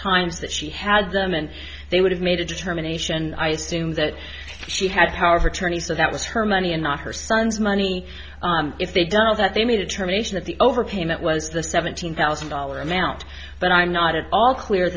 times that she had them and they would have made a determination i assume that she had however tourney so that was her money and not her son's money if they don't know that they made a determination that the overpayment was the seventeen thousand dollar amount but i'm not at all clear